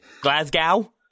Glasgow